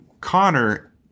Connor